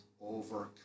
overcome